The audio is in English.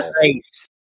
Nice